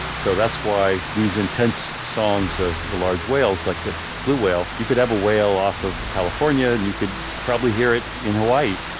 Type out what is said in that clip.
so that's why these intense songs of the large whales like a blue whale, you could have a whale off of california and you could probably hear it in hawaii